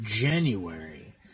January